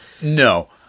no